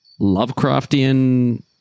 Lovecraftian